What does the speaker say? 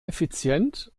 effizient